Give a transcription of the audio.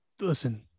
listen